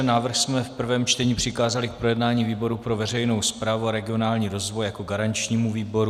Návrh jsme v prvém čtení přikázali k projednání výboru pro veřejnou správu a regionální rozvoj jako garančnímu výboru.